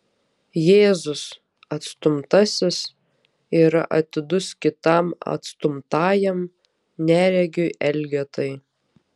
jėzus atstumtasis yra atidus kitam atstumtajam neregiui elgetai